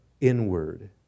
inward